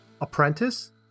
Apprentice